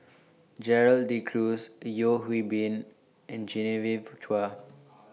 Gerald De Cruz Yeo Hwee Bin and Genevieve Chua